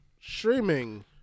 Streaming